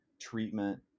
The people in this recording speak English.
treatment